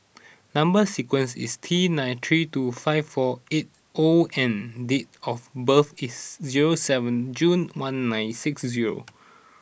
number sequence is T nine three two five four eight O and date of birth is zero seven June one nine six zero